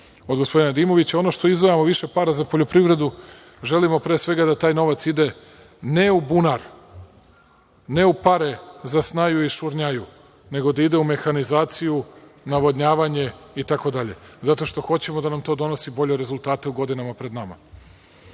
od gospodina Dimovića. Ono što izdvajamo više para za poljoprivredu, želimo pre svega da taj novac ide ne u bunar, ne u pare za snaju i šurnjaju, nego da ide u mehanizaciju, navodnjavanje, itd, zato što hoćemo da nam to donosi bolje rezultate u godinama pred